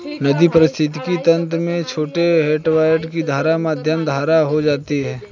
नदी पारिस्थितिक तंत्र में छोटे हैडवाटर की धारा मध्यम धारा हो जाती है